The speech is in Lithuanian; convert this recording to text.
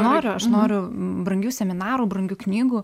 noriu aš noriu brangių seminarų brangių knygų